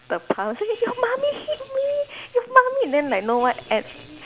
the palm say your mummy hit me your mummy then like know what at